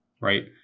right